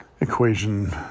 equation